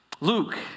Luke